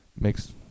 makes